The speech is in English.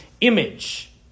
image